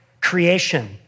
creation